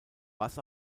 was